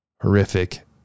horrific